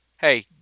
Hey